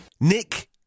Nick